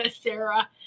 Sarah